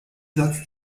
satz